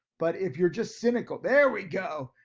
but if you're just cynical, there we go.